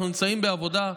אנחנו נמצאים בעבודה,